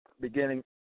beginning